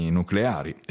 nucleari